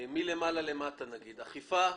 מלמעלה למטה: אכיפה,